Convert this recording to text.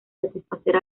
satisfacer